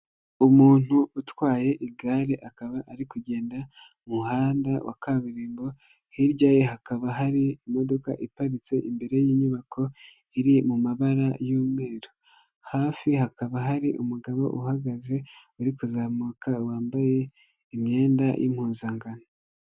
Umuntu utwaye igare akaba ari kugenda mu muhanda wa kaburimbo, hirya ye hakaba hari imodoka iparitse imbere y'inyubako, iri mu mabara y'umweru, hafi hakaba hari umugabo uhagaze, uri kuzamuka wambaye imyenda y'impuzankano.